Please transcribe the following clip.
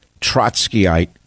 Trotskyite